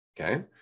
Okay